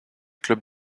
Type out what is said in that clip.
club